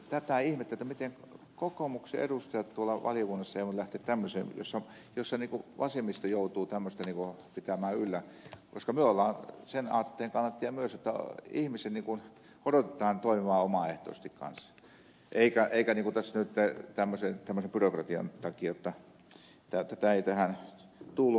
tätä ihmettelen miten kokoomuksen edustajat tuolla valiokunnassa eivät voi lähteä tämmöiseen jossa vasemmisto joutuu pitämään tämmöistä yllä koska me olemme sen aatteen kannattajia myös että ihmisen odotetaan toimivan omaehtoisesti kanssa eikä tämmöisen byrokratian takia tähän tätä tullut